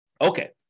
Okay